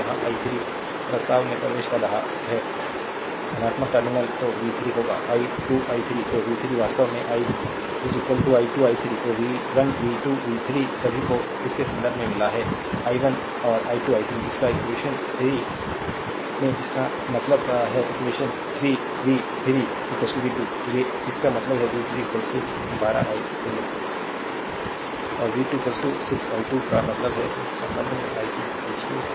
और यहाँ i 3 वास्तव में प्रवेश कर रहा है धनात्मक टर्मिनल तो v 3 होगा 12 i 3 तो v 3 वास्तव में 12 i 3 तो v 1 v 2 v 3 सभी को इसके संदर्भ में मिला है I 1 है i2 i 3 अब इक्वेशन 3 से इसका मतलब है इक्वेशन 3 v 3 v 2 से इसका मतलब है v 3 12 i 3 और v 2 6 i2 का मतलब है एक संबंध i2 2 i 3 मिला है